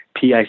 PIC